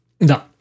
No